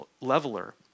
leveler